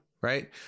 right